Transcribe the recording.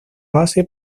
base